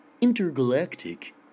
intergalactic